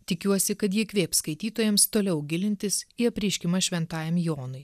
tikiuosi kad ji įkvėps skaitytojams toliau gilintis į apreiškimą šventajam jonui